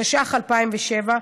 התשס"ח 2007,